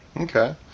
Okay